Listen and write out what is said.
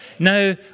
Now